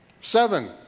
Seven